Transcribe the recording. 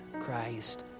Christ